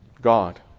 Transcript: God